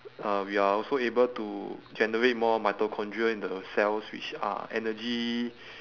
uh we are also able to generate more mitochondria in the cells which are energy